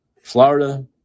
Florida